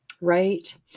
right